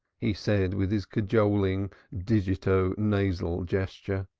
he said with his cajoling digito-nasal gesture.